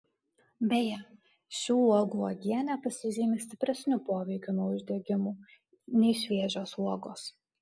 beje šių uogų uogienė pasižymi stipresniu poveikiu nuo uždegimų nei šviežios uogos